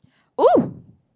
oh